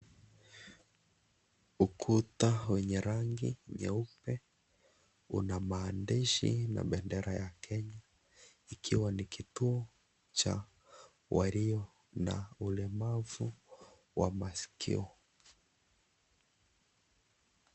Ukuta wenye rangi nyeupe una maandishi na bendera ya Kenya ikiwa ni kituo cha walio na ulemavu wa maskio.